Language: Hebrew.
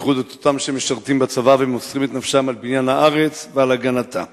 בייחוד את אותם שמשרתים בצבא ומוסרים את נפשם על בניין הארץ ועל הגנתה.